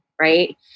Right